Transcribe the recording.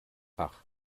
ach